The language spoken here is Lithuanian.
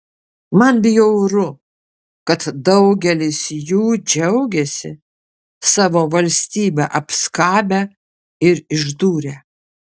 man bjauru kad daugelis jų džiaugiasi savo valstybę apskabę ir išdūrę